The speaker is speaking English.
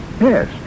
Yes